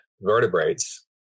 vertebrates